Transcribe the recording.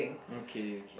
okay okay